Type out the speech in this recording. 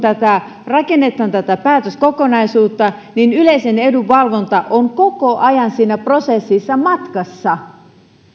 rakennetaan tätä päätöskokonaisuutta yleisen edun valvonta on koko ajan siinä prosessissa matkassa